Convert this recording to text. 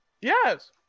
Yes